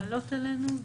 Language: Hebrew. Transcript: הן מקובלות עלינו.